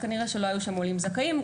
כנראה שלא היו שם עולים זכאים.